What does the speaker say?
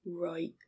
Right